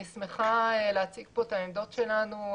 אני שמחה להציג פה את העמדות שלנו.